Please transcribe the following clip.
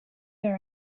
there